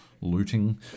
looting